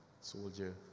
soldier